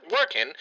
working